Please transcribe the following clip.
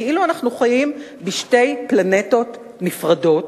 כאילו אנחנו חיים בשתי פלנטות נפרדות,